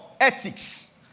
ethics